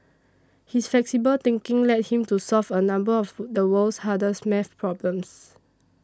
his flexible thinking led him to solve a number of the world's hardest math problems